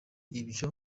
ibyo